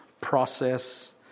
process